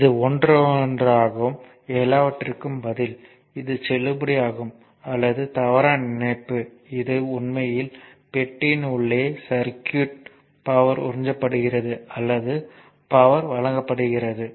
இது ஒன்றாகும் எல்லாவற்றிற்கும் பதில் இது செல்லுபடியாகும் அல்லது தவறான இணைப்பு இது உண்மையில் பெட்டியின் உள்ளே சர்க்யூட் பவர் உறிஞ்சப்படுகிறது அல்லது பவர் வழங்குகிறது